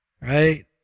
right